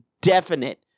definite